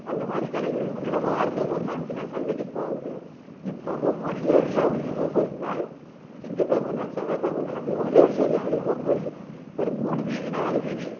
அந்தமாதிரி கடைகள் முன்னெயெல்லாம் வாரத்தில் ஒரு நாள் மட்டும்தான் சந்தைக்கு போக முடியும் இப்போ ஒவ்வொரு ஏரியாவுலேயும் ஒவ்வொரு நாள் திங்கட்கிழமை ஒரு நாள் செவ்வாய்கிழமை ஒரு நாள் அப்படி ஒரே ஏரியாவுலேயும் ஒவ்வொரு ஒரு மூணு வீதி நாலு வீதி